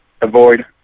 avoid